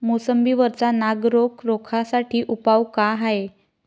मोसंबी वरचा नाग रोग रोखा साठी उपाव का हाये?